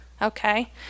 Okay